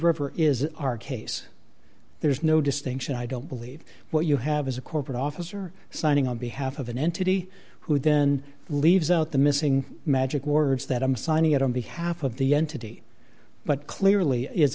river is our case there is no distinction i don't believe what you have is a corporate officer signing on behalf of an entity who then leaves out the missing magic words that i'm signing it on behalf of the entity but clearly is